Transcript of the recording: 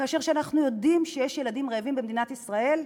כאשר אנחנו יודעים שיש ילדים רעבים במדינת ישראל?